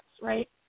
right